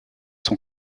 son